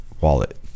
wallet